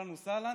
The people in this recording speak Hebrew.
אהלן וסהלן,